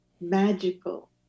magical